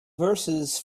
verses